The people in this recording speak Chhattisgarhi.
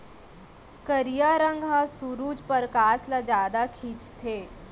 करिया रंग ह सुरूज परकास ल जादा खिंचथे